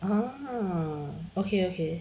uh okay okay